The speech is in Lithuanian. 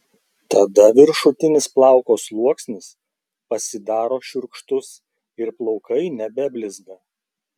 tada viršutinis plauko sluoksnis pasidaro šiurkštus ir plaukai nebeblizga